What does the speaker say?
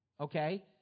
Okay